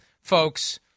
folks